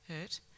hurt